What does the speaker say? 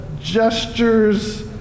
gestures